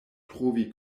trovi